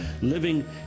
living